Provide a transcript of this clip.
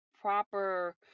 proper